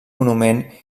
monument